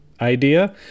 idea